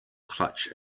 clutch